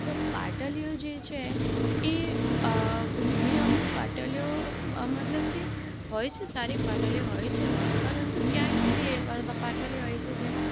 તો પાટલીઓ જે છે એ ઘણી અમુક પાટલીઓ મતલબ કે હોઈ છે સારી પાટલીઓ હોય છે પરંતુ કયાંક એવી પાટલીઓ હોય છે જેમાં